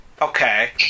Okay